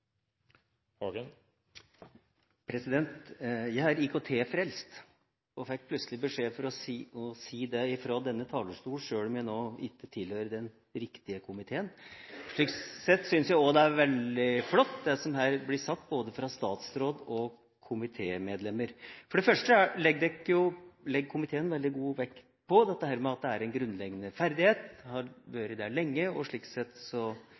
dag. Jeg er IKT-frelst og fikk plutselig beskjed om å si det fra denne talerstol, sjøl om jeg ikke tilhører den riktige komiteen. Slik sett syns jeg også det er veldig flott det som her blir sagt av både statsråd og komitémedlemmer. For det første legger komiteen veldig stor vekt på at dette er en grunnleggende ferdighet og har vært det lenge, og slik sett